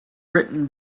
written